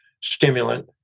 stimulant